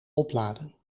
opladen